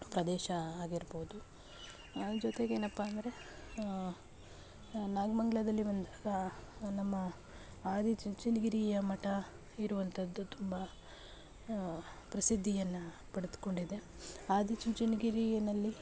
ಪ್ರದೇಶ ಆಗಿರ್ಬೋದು ಜೊತೆಗೆ ಏನಪ್ಪಾಂದರೆ ನಾಗಮಂಗಲದಲ್ಲಿ ಒಂದು ನಮ್ಮ ಆದಿಚುಂಚನಗಿರಿಯ ಮಠ ಇರುವಂಥದ್ದು ತುಂಬ ಪ್ರಸಿದ್ಧಿಯನ್ನ ಪಡೆದುಕೊಂಡಿದೆ ಆದಿ ಚುಂಚನಗಿರಿನಲ್ಲಿ